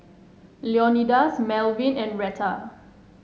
Leonidas Malvin and Retta